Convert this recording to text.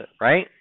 right